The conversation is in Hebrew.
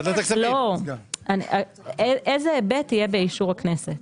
לא, איזה היבט יהיה באישור הכנסת?